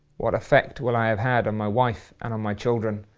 what effect will i have had on my wife and on my children.